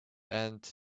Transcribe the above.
and